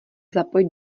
zapojit